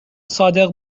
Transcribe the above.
صادق